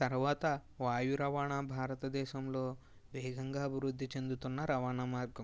తర్వాత వాయు రవాణా భారతదేశంలో వేగంగా అభివృద్ధి చెందుతున్న రవాణా మార్గం